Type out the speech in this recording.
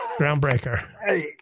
groundbreaker